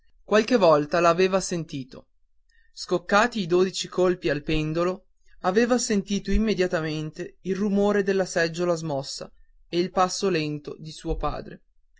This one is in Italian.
qualche volta l'aveva sentito scoccati i dodici colpi al pendolo aveva sentito immediatamente il rumore della seggiola smossa e il passo lento di suo padre